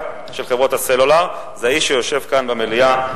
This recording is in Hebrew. של חברות הסלולר זה האיש שיושב כאן במליאה,